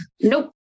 Nope